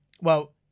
Well-